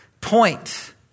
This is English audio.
point